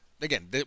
Again